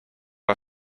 are